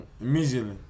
Immediately